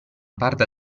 parte